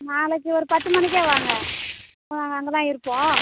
நாளைக்கு ஒரு பத்து மணிக்கே வாங்க அங்கேதான் இருப்போம்